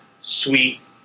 sweet